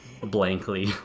blankly